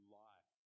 life